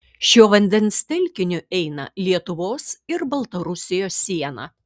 šiuo vandens telkiniu eina lietuvos ir baltarusijos siena